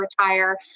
retire